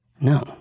No